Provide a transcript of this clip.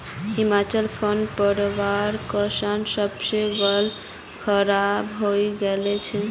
हिमाचलत बर्फ़ पोरवार कारणत सेबेर गाछ खराब हई गेल छेक